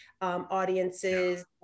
audiences